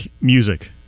music